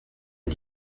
les